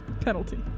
penalty